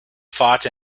fought